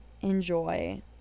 enjoy